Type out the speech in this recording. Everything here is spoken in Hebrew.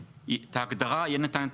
שאת ההגדרה יהיה ניתן לתקן,